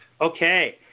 Okay